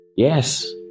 yes